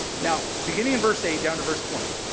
now, beginning in verse eight down to verse twenty